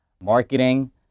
Marketing